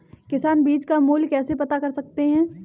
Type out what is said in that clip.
किसान बीज का मूल्य कैसे पता कर सकते हैं?